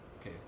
okay